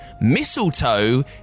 Mistletoe